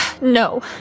No